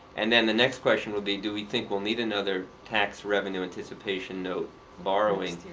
and then the next question will be, do we think we'll need another tax revenue anticipation note borrowing,